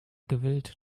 gewillt